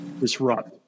disrupt